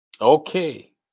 Okay